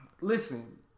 Listen